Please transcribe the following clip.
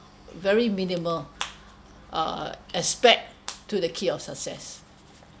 very minimal uh aspect to the key of success